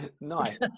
nice